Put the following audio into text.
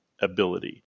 ability